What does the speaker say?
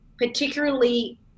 particularly